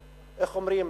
איך אומרים,